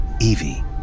Evie